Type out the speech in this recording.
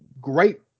great